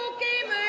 game